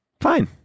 Fine